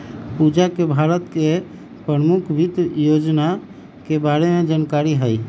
पूजा के भारत के परमुख वित योजना के बारे में जानकारी हई